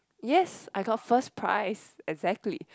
yes I got first prize exactly